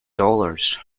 dollars